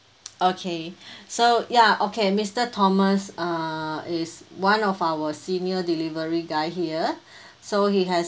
okay so ya okay mister thomas uh is one of our senior delivery guy here so he has